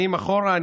שנים אחורה.